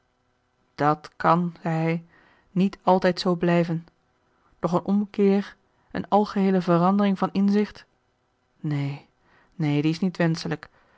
dàt kan zei hij niet altijd zoo blijven doch een omkeer een algeheele verandering van inzicht neen neen die is niet wenschelijk